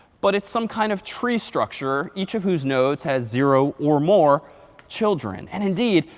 but it's some kind of tree structure, each of whose nodes has zero or more children. and indeed,